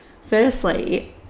firstly